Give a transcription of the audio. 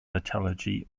metallurgy